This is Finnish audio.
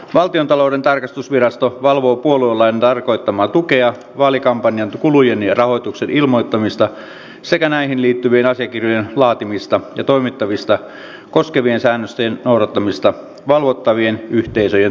valtiontalouden tarkastusvirasto valvoo puoluelain tarkoittamaa tukea vaalikampanjan kulujen ja rahoituksen ilmoittamista sekä näihin liittyvien asiakirjojen laatimista ja toimittamista koskevien säännösten noudattamista valvottavien yhteisöjen toiminnassa